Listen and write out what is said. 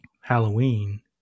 Halloween